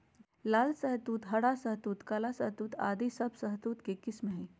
लाल शहतूत, हरा शहतूत, काला शहतूत आदि सब शहतूत के किस्म हय